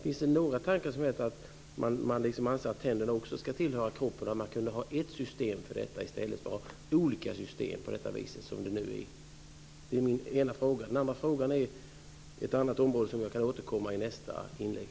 Finns det några som helst tankar om att tänderna också ska anses tillhöra kroppen och att man skulle kunna ha ett system i stället för olika system på det sätt som det nu är? Det är min ena fråga. Min andra fråga berör ett annat område som jag kan återkomma till i mitt nästa inlägg.